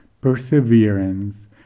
perseverance